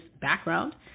background